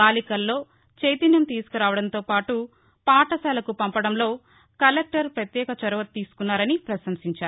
బాలికల్లో చైతన్యం తీసుకురావడంతో పాటు పాఠశాలకు పంపడంలో కలెక్లర్ ప్రత్యేక చొరవ తీసుకున్నారని ప్రశంసించారు